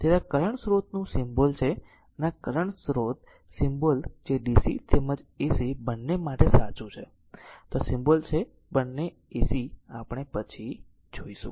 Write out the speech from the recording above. તેથી આ કરંટ સ્રોતનું સિમ્બોલ છે અને આ કરંટ સ્રોત સિમ્બોલ જે DC તેમજ AC બંને માટે સાચું છે તો આ સિમ્બોલ છે બંને AC આપણે પછી જોઈશું